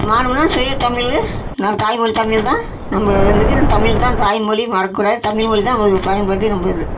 மாறுணுமுனா தூய தமிழ் நம்ம தாய்மொழி தமிழ் தான் நம்ம இதுக்கு தமிழ் தான் தாய்மொழி மறக்கக்கூடாது தமிழ் மொழி தான் நமது பயன்பாட்டுக்கு நல்லது